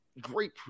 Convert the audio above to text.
great